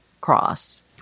cross